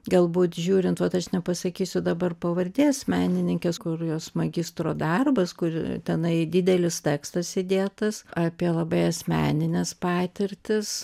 galbūt žiūrint vat aš nepasakysiu dabar pavardės menininkės kur jos magistro darbas kur tenai didelis tekstas įdėtas apie labai asmenines patirtis